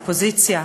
אופוזיציה.